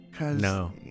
No